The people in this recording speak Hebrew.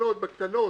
לחנות בקטנות